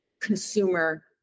consumer